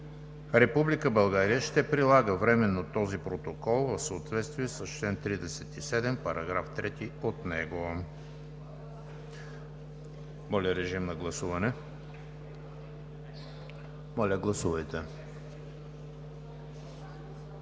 България ще прилага временно този Протокол в съответствие с член 37, параграф 3 от него.“ Моля, режим на гласуване. Гласували